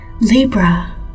Libra